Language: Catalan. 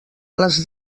les